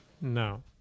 No